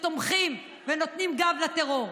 שתומכים ונותנים גב לטרור.